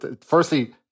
firstly